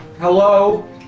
Hello